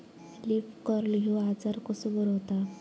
Leaf curl ह्यो आजार कसो बरो व्हता?